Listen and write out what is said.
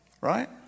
Right